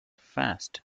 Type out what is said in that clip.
fast